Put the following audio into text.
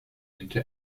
into